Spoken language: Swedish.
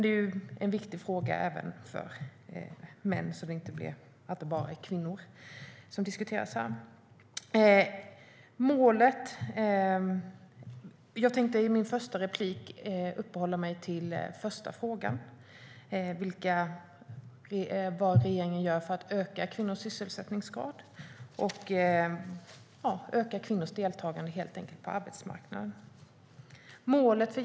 Det är dock en viktig fråga även för män, så diskussionen handlar inte bara om kvinnor. I mitt första inlägg ska jag uppehålla mig vid första frågan, alltså vad regeringen gör för att öka kvinnors sysselsättningsgrad och deltagande på arbetsmarknaden.